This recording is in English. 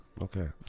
Okay